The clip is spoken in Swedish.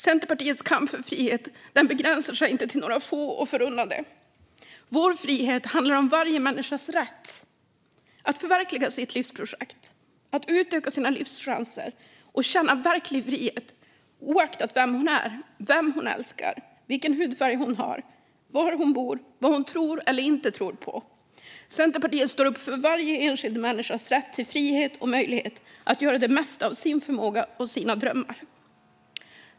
Centerpartiets kamp för frihet begränsar sig inte till några få och förunnade. Vår frihet handlar om varje människas rätt att förverkliga sitt livsprojekt, att utöka sina livschanser och att känna verklig frihet, oavsett vem hon är, vem hon älskar, vilken hudfärg hon har, var hon bor och vad hon tror eller inte på. Centerpartiet står upp för varje enskild människas rätt till frihet och möjlighet att göra det mesta av sin förmåga och sina drömmar.